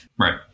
right